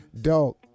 Dog